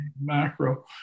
macro